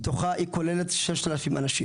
בתוכה היא כוללת 3,000 אנשים